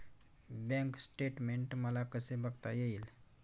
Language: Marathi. बँक स्टेटमेन्ट मला कसे बघता येईल?